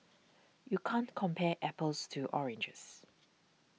you can't compare apples to oranges